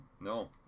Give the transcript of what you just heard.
no